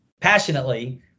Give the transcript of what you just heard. passionately